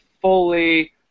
fully